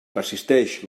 persisteix